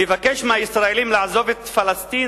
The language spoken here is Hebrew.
לבקש מהישראלים לעזוב את פלסטין,